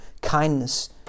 kindness